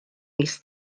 mis